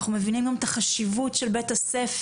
אנחנו מבינים גם את החשיבות של בית הספר.